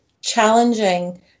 challenging